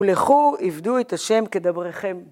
‫לכו, עבדו את השם כדבריכם.